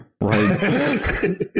Right